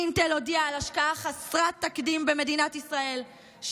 אינטל הודיעה על השקעה חסרת תקדים במדינת ישראל,